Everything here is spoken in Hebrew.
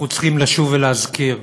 אנחנו צריכים לשוב ולהזכיר